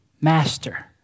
Master